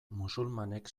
musulmanek